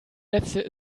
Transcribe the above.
letzte